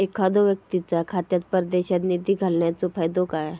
एखादो व्यक्तीच्या खात्यात परदेशात निधी घालन्याचो फायदो काय?